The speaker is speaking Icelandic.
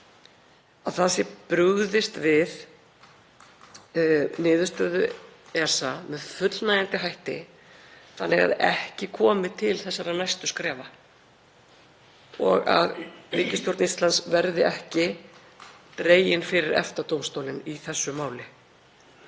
að brugðist sé við niðurstöðu ESA með fullnægjandi hætti þannig að ekki komi til þessara næstu skrefa og að ríkisstjórn Íslands verði ekki dregin fyrir EFTA-dómstólinn í þessu máli.